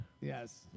Yes